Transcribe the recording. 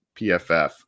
PFF